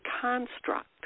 construct